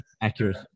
accurate